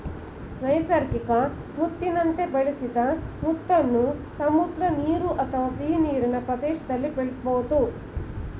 ನೈಸರ್ಗಿಕ ಮುತ್ತಿನಂತೆ ಬೆಳೆಸಿದ ಮುತ್ತನ್ನು ಸಮುದ್ರ ನೀರು ಅಥವಾ ಸಿಹಿನೀರಿನ ಪ್ರದೇಶ್ದಲ್ಲಿ ಬೆಳೆಸ್ಬೋದು